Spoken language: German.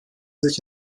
sich